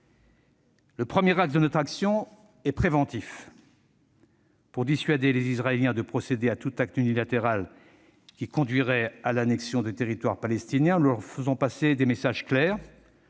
Le premier axe de notre action est préventif. Pour dissuader les Israéliens de procéder à tout acte unilatéral qui conduirait à l'annexion de territoires palestiniens, nous leur faisons passer des messages clairs,